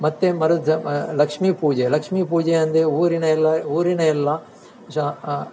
ಮತ್ತು ಮರು ಲಕ್ಷ್ಮಿ ಪೂಜೆ ಲಕ್ಷ್ಮಿ ಪೂಜೆ ಅಂದರೆ ಊರಿನ ಎಲ್ಲ ಊರಿನ ಎಲ್ಲ ಚ